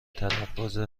تلفظ